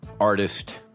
artist